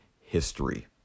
history